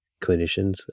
clinicians